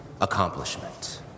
accomplishment